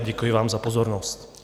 Děkuji vám za pozornost.